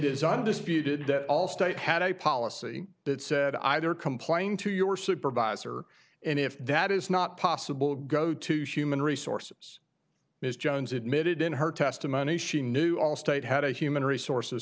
undisputed that all state had a policy that said either complain to your supervisor and if that is not possible go to shuman resources ms jones admitted in her testimony she knew allstate had a human resources